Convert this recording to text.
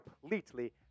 completely